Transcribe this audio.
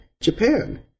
Japan